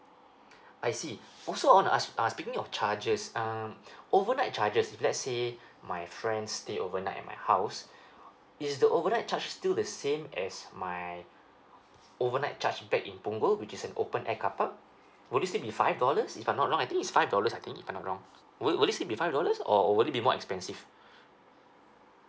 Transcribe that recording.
I see also I wanna ask err speaking of charges um overnight charges if let's say my friends stay overnight at my house is the overnight charge still the same as my overnight charge back in punggol which is an open air carpark would it still be five dollars if I'm not wrong I think is five dollars I think if I'm not wrong would would it be five dollars or would it be more expensive